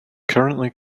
currently